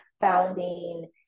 founding